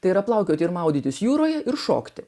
tai yra plaukioti ir maudytis jūroje ir šokti